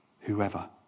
Whoever